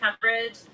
coverage